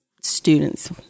students